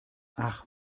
ach